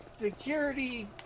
Security